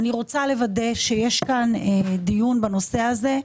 אני רוצה לוודא שיש כאן דיון בנושא הזה,